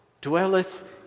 dwelleth